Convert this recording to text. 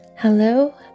Hello